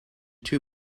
two